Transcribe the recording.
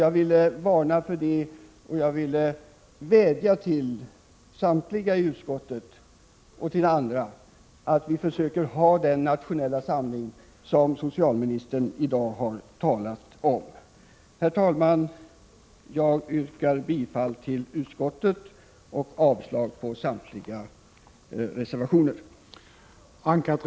Jag ville varna för detta, och jag ville vädja till samtliga i utskottet och till andra att vi skall försöka få den nationella samling som socialministern i dag har talat om. Herr talman! Jag yrkar bifall till utskottets hemställan och avslag på samtliga reservationer.